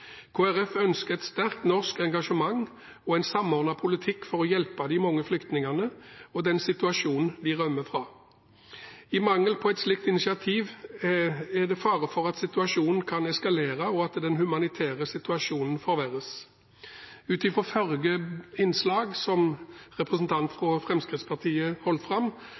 Folkeparti ønsker et sterkt norsk engasjement og en samordnet politikk for å hjelpe de mange flyktningene og den situasjonen de rømmer fra. I mangel på et slikt initiativ er det fare for at situasjonen kan eskalere, og at den humanitære situasjonen forverres. Ut fra forrige innlegg og det representanten fra Fremskrittspartiet